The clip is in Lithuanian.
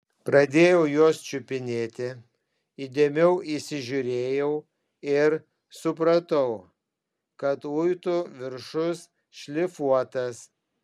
pradėjau juos čiupinėti įdėmiau įsižiūrėjau ir supratau kad luitų viršus šlifuotas